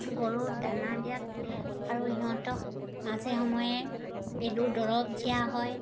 গৰুৰ দানা দিয়াত আৰু ইহঁতক মাজে সময়ে পেলুৰ দৰৱ দিয়া হয়